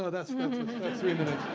ah that's three minutes.